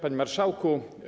Panie Marszałku!